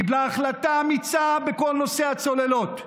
קיבלה החלטה אמיצה בכל נושא הצוללות,